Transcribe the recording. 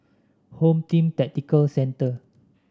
Home Team Tactical Centre